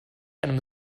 einem